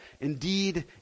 Indeed